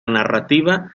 narrativa